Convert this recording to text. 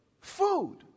food